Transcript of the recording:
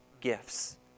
gifts